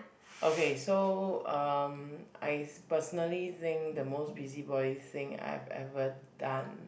okay so um I personally think the most busybody thing I've ever done